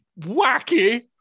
Wacky